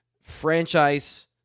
franchise